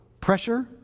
pressure